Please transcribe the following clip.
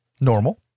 normal